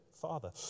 father